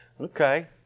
Okay